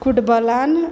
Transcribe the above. फुटबॉलान